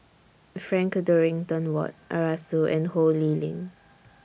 Frank Dorrington Ward Arasu and Ho Lee Ling